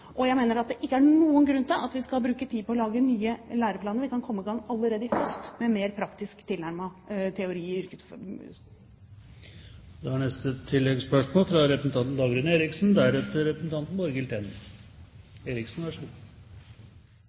og det er spørsmålet om læreplaner i fellesfag i videregående opplæring. Jeg har gått gjennom de læreplanene som er – vi justerer dem nå. Det er helt opplagt at de skal yrkesrettes. Jeg mener det ikke er noen grunn til at vi skal bruke tid på å lage nye lærerplaner. Vi kan komme i gang allerede i høst med mer